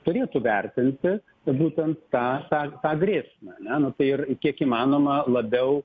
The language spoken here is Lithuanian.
turėtų vertinti būtent tą tą tą grėsmę ane nu tai ir kiek įmanoma labiau